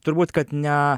turbūt kad ne